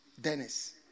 Dennis